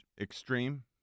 extreme